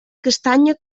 castanya